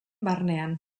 barnean